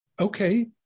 Okay